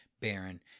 Baron